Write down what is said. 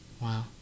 Wow